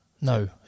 No